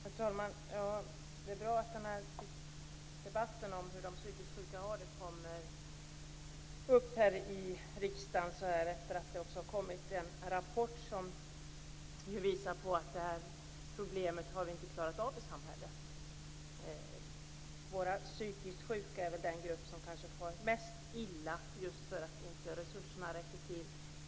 Herr talman! Det är bra att debatten om hur de psykiskt sjuka har det kommer upp i riksdagen så här efter det att det har kommit en rapport som visar på att vi inte har klarat av detta problem i samhället. Våra psykiskt sjuka är kanske den grupp som far mest illa just för att resurserna inte räcker till.